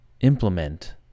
implement